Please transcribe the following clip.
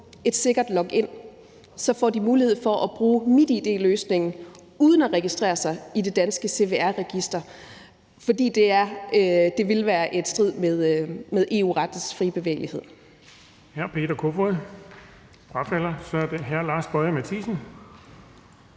et sikkert login, så får de mulighed for at bruge MitID-løsningen uden at registrere sig i det danske cvr-register – fordi det ellers ville være i strid med EU-rettens frie bevægelighed